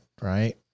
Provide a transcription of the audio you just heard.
right